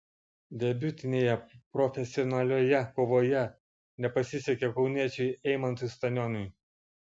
debiutinėje profesionalioje kovoje nepasisekė kauniečiui eimantui stanioniui